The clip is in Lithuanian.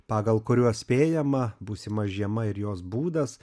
pagal kuriuos spėjama būsima žiema ir jos būdas